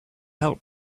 helped